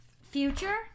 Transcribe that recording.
Future